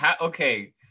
okay